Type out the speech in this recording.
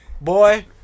boy